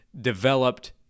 developed –